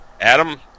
Adam